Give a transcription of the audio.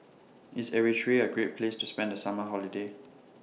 IS Eritrea A Great Place to spend The Summer Holiday